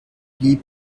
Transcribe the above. blieb